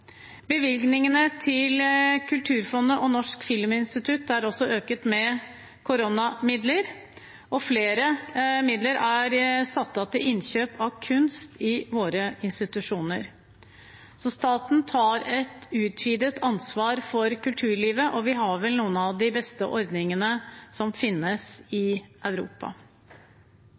Bevilgningene til Kulturfondet og Norsk filminstitutt er også økt med koronamidler, og flere midler er satt av til innkjøp av kunst i våre institusjoner. Staten tar et utvidet ansvar for kulturlivet, og vi har vel noen av de beste ordningene som finnes i Europa.